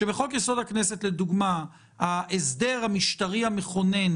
שבחוק-יסוד: הכנסת לדוגמה ההסדר המשטרי המכונן